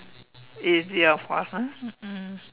easier for us ah mm mm